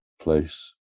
place